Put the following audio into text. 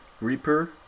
Reaper